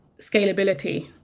scalability